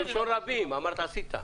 אבל בלשון רבים, אמרת עשית.